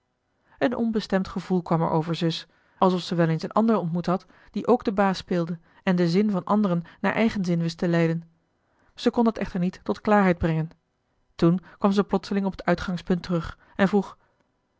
een onbestemd gevoel kwam er over zus alsof ze wel eens een ander ontmoet had die ook den baas speelde en den zin van anderen naar eigen zin wist te leiden ze kon dat echter niet tot klaarheid brengen toen kwam zij plotseling op het uitgangspunt terug en vroeg